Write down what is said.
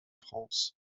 france